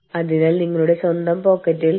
തുല്യ തൊഴിൽ അവസരവും വിവേചനരഹിതവും